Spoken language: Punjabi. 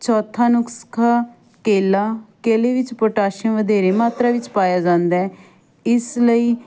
ਚੌਥਾ ਨੁਸਖਾ ਕੇਲਾ ਕੇਲੇ ਵਿੱਚ ਪੋਟਾਸ਼ੀਅਮ ਵਧੇਰੇ ਮਾਤਰਾ ਵਿੱਚ ਪਾਇਆ ਜਾਂਦਾ ਇਸ ਲਈ